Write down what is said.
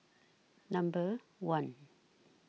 Number one